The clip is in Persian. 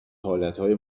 حالتهای